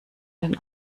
den